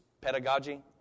pedagogy